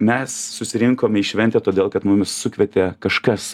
mes susirinkome į šventę todėl kad mumis sukvietė kažkas